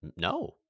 No